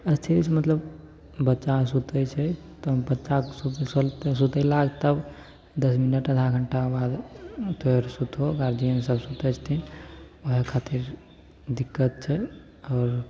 अथी मतलब बच्चा सुतै छै तब बच्चाके सकुशल सुतेलाके बाद तब आधा घण्टा बाद फेर सुतऽ गार्जिअनसभ सुतै छथिन ओहे खातिर दिक्कत छै आओर